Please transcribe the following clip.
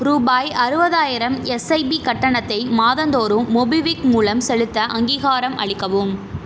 ரூபாய் அறுபதாயிரம் எஸ்ஐபி கட்டணத்தை மாதந்தோறும் மோபிக்விக் மூலம் செலுத்த அங்கீகாரம் அளிக்கவும்